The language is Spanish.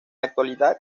actualidad